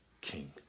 King